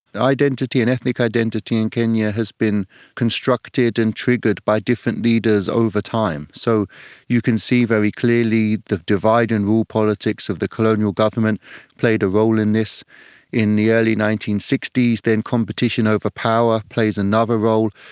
the identity and ethnic identity in kenya has been constructed and triggered by different leaders over time. so you can see very clearly the divide and rule politics of the colonial government played a role in this in the early nineteen sixty s, then competition over power plays another role.